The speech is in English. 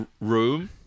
room